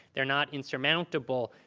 they're not insurmountable,